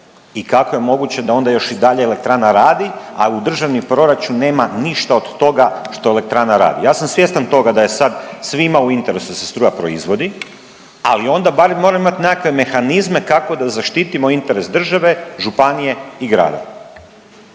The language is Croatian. i kako je moguće da onda još i dalje elektrana radi, a u državni proračun nema ništa od toga što elektrana radi. Ja sam svjestan toga da je sad svima u interesu da se struja proizvodi, ali onda barem moramo imati nekakve mehanizme kako da zaštitimo interes države, županije i grada.